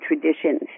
traditions